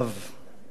שמואל אליהו,